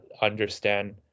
understand